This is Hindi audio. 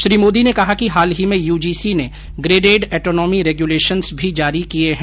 श्री मोदी ने कहा कि हाल ही में यूजीसी ने ग्रेडेड एटोनोमी रेगूलेशन्स भी जारी किये है